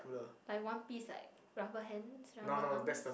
like one piece like rubber hands rubber arms